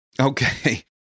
Okay